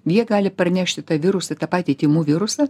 jie gali parnešti tą virusą tą patį tymų virusą